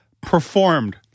performed